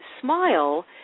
smile